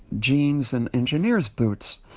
jeans and engineer's boots.